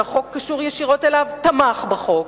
שהחוק קשור ישירות אליו, תמך בחוק.